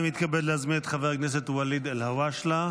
אני מתכבד להזמין את חבר הכנסת ואליד אלהואשלה,